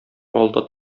алда